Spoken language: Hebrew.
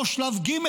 אותו שלב ג',